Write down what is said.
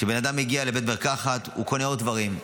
כשבן אדם מגיע לבית מרקחת הוא קונה עוד דברים,